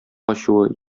ачуы